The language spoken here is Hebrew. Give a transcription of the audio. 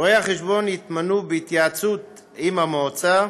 רואי-החשבון יתמנו בהתייעצות עם המועצה.